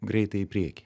greitai į priekį